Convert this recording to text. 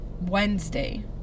Wednesday